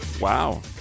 Wow